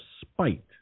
spite